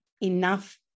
enough